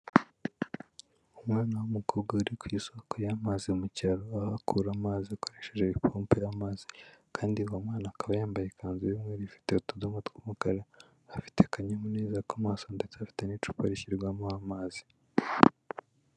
Umwana w'umukobwa uri ku isoko y'amazi mu cyaro aho akura amazi akoresheje ipompo y'amazi. Kandi uwo mwana akaba yambaye ikanzu y'umweru ifite utudomo tw'umukara, afite akanyamuneza ku maso ndetse afite n'icupa rishyirwamo amazi.